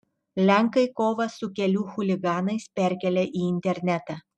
lenkai kovą su kelių chuliganais perkelia į internetą